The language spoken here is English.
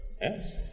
Yes